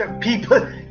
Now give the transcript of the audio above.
People